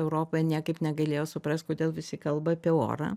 europoj niekaip negalėjo suprast kodėl visi kalba apie orą